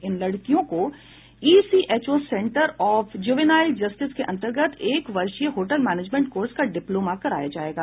इन लड़कियों को ECHO centre of juvenile justice के अन्तर्गत एक वर्षीय होटल मैनेजमेंट कोर्स का डिप्लोमा कराया जायेगा